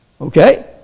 Okay